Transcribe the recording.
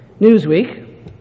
Newsweek